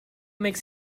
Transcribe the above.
makes